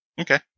Okay